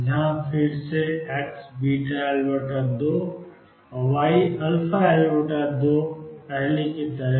जहां फिर से XβL2 और YαL2 पहले की तरह